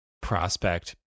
prospect